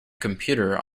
computer